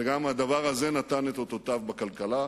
וגם הדבר הזה נתן את אותותיו בכלכלה.